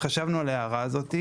חשבנו על ההערה הזאת,